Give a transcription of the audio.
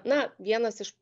na vienas iš